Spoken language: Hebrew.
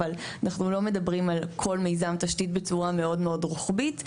אבל אנחנו לא מדברים על כל מיזם תשתית בצורה מאוד מאוד רוחבית,